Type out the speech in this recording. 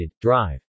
drive